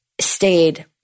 stayed